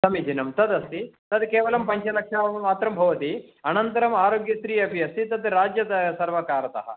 समीचीनं तदस्ति तद् केवलं पञ्चलक्षमात्रं भवति अनन्तरम् आरोग्यस्री अपि अस्ति तद् राज्य सर्वकारतः